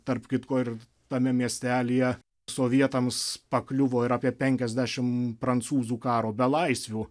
tarp kitko ir tame miestelyje sovietams pakliuvo ir apie penkiasdešim prancūzų karo belaisvių